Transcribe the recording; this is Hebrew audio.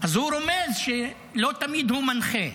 אז הוא רומז שלא תמיד הוא מנחה.